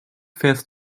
fährst